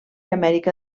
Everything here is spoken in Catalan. amèrica